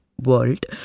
world